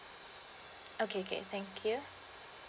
okay okay thank you